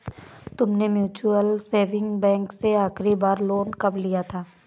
तुमने mutual saving bank से आखरी बार लोन कब लिया था?